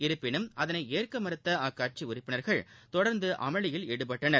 இருப்பினும் அதனை ஏற்க மறுத்த அக்கட்சி உறுப்பினர்கள் தொடர்ந்து அமளியில் ஈடுபட்டனர்